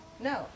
No